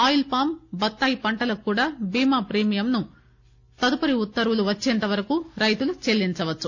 oil palm బత్తాయి పంటలకు కూడా బీమా ప్రీమియం ను తదుపరి ఉత్తర్వులు వచ్చే వరకు రైతులు చెల్లించవచ్చు